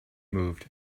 moved